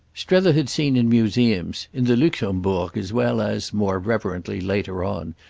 strether had seen in museums in the luxembourg as well as, more reverently, later on,